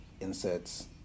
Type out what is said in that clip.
inserts